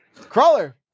crawler